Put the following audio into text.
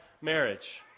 marriage